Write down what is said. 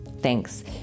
Thanks